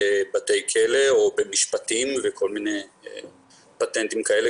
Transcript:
בבתי כלא או במשפטים וכל מיני פטנטים כאלה,